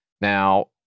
Now